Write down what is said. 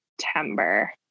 September